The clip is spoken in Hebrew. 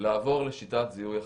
לעבור לשיטת זיהוי אחרת.